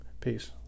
Peace